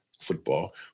football